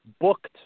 booked